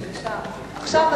משלמים,